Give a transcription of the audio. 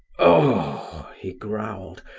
oh, he growled,